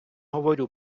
говорю